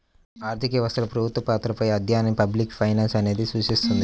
ఆర్థిక వ్యవస్థలో ప్రభుత్వ పాత్రపై అధ్యయనాన్ని పబ్లిక్ ఫైనాన్స్ అనేది చూస్తుంది